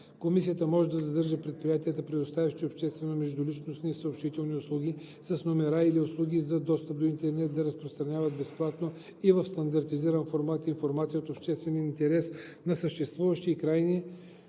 Комисията може да задължи предприятията, предоставящи обществени междуличностни съобщителни услуги с номера или услуги за достъп до интернет, да разпространяват безплатно и в стандартизиран формат информация от обществен интерес на съществуващи и нови